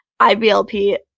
IBLP